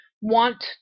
want